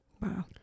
Wow